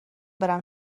برم